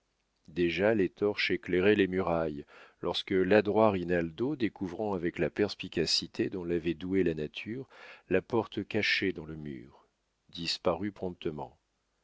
déjà les torches éclairaient les murailles lorsque l'adroit rinaldo découvrant avec la perspicacité dont l'avait doué la nature la porte cachée dans le mur disparut promptement